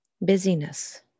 Busyness